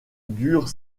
durent